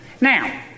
Now